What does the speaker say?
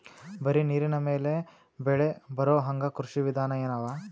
ಬರೀ ನೀರಿನ ಮೇಲೆ ಬೆಳಿ ಬರೊಹಂಗ ಕೃಷಿ ವಿಧಾನ ಎನವ?